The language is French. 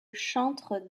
chantre